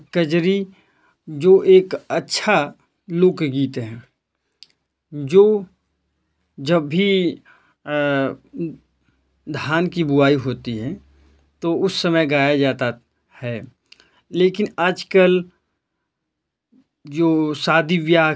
और कजरी जो एक अच्छा लोकगीत है जो जब भी अ धान की बुआई होती है तो उस समय गाया जाता है लेकिन आजकल जो शादी व्याह